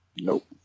Nope